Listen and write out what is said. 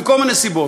מכל מיני סיבות,